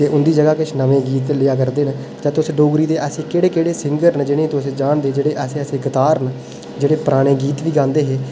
उं'दी जगह किश नमें गीत लै करदे न डोगरी दे ऐसे केहड़े केह्डे सिंगर न जिनें गी तुस जानदे ते ऐसे ऐसे केहड़े गीतकार न जेहेड़े पराने गीत गांदे न